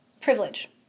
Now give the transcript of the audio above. privilege